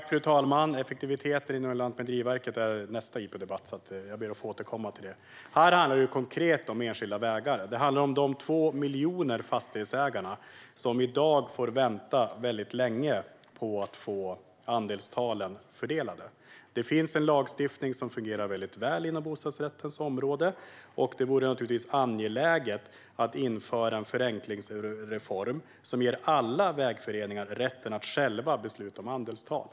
Fru talman! Effektiviteten inom Lantmäteriet ska vi diskutera i nästa interpellationsdebatt. Jag ber alltså att få återkomma till det. Nu handlar det om enskilda vägar och de 2 miljoner fastighetsägare som i dag får vänta väldigt länge på att få andelstalen fördelade. Det finns en lagstiftning som fungerar väl inom bostadsrättens område. Det vore angeläget att införa en förenklingsreform som ger alla vägföreningar rätt att själva besluta om andelstal.